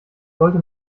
sollte